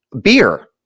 beer